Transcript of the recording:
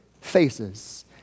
faces